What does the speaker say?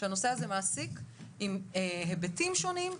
שהנושא הזה מעסיק היבטים שונים.